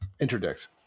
interdict